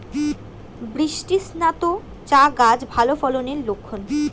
বৃষ্টিস্নাত চা গাছ ভালো ফলনের লক্ষন